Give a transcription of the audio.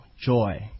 Joy